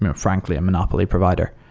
ah frankly, a monopoly provider.